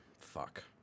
fuck